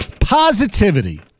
positivity